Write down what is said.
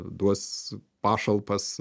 duos pašalpas